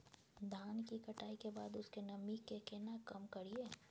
धान की कटाई के बाद उसके नमी के केना कम करियै?